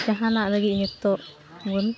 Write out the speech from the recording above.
ᱡᱟᱦᱟᱱᱟᱜ ᱞᱟᱹᱜᱤᱫ ᱱᱤᱛᱚᱜᱵᱚᱱ